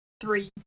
three